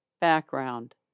Background